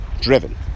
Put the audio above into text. driven